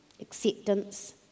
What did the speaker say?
acceptance